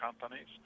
companies